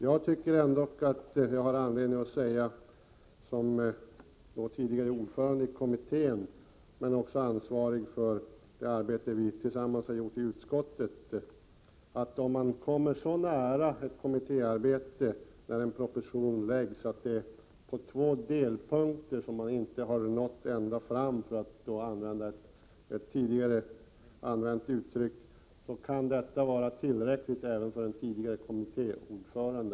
Jag tycker att jag som tidigare ordförande i kommittén men också som ansvarig för det arbete vi tillsammans har utfört i utskottet har anledning att säga att om man kommer så nära ett kommittéresultat när propositionen lagts att man bara på två punkter inte har nått ända fram — för att använda ett tidigare brukat uttryck — kan detta vara tillräckligt även för en tidigare kommittéordförande.